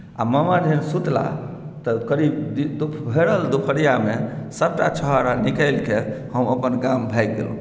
आ मामा जखन सुतलाह तऽ करीब भरल दुपहरियामे सभटा छुहारा निकालिके हम अपन गाम भागि गेलहुँ